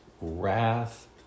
wrath